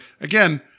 again